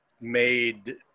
made